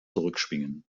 zurückschwingen